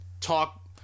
talk